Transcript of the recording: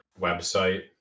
website